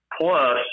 plus